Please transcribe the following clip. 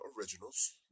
originals